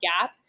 gap